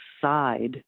side